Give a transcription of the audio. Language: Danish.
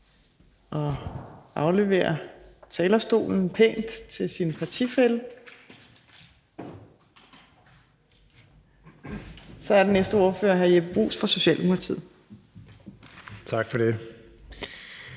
og afleveret talerstolen pænt til sin partifælle, kan jeg sige, at den næste ordfører er hr. Jeppe Bruus fra Socialdemokratiet. Kl.